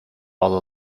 all